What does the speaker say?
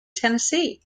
tennessee